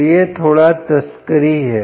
तो यह थोड़ा तस्करी है